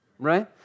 right